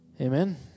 Amen